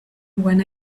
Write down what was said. when